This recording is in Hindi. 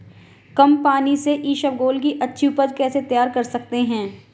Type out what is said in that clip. कम पानी से इसबगोल की अच्छी ऊपज कैसे तैयार कर सकते हैं?